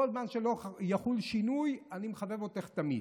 כל זמן שלא יחול שינוי אני מחבב אותך תמיד.